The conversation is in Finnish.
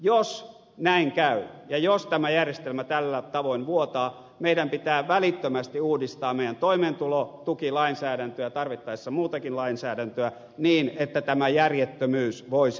jos näin käy ja jos tämä järjestelmä tällä tavoin vuotaa meidän pitää välittömästi uudistaa meidän toimeentulotukilainsäädäntöämme tarvittaessa muutakin lainsäädäntöä niin että tämä järjettömyys voisi loppua